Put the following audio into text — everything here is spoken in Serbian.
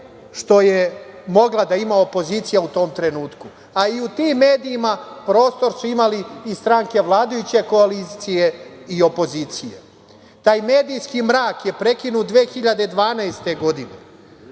što je mogla da ima opozicija u tom trenutku, a i u tim medijima prostor su imali i stranke vladajuće koalicije i opozicija. Taj medijski mrak je prekinut 2012. godine.